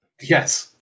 Yes